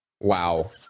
Wow